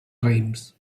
raïms